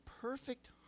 perfect